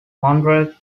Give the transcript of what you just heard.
monroe